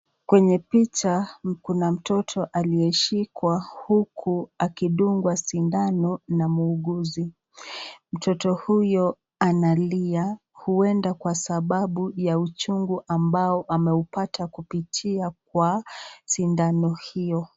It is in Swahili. Kwenye picha kuna mtoto aliyeshikwa huku akidungwa sindano na muuguzi, mtoto huyo analia huenda kwa sababu ya uchungu ambao ameupata kupitia kwa shindano hiyo.